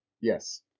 Yes